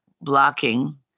blocking